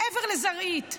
מעבר לזרעית.